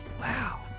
Wow